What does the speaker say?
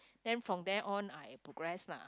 then from there on I progress lah